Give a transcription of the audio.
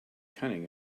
cunning